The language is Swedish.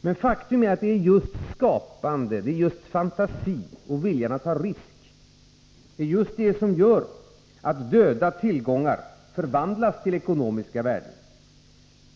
Men faktum är att det är just skapande, fantasi och vilja att ta risker som gör att döda tillgångar förvandlas till ekonomiska värden.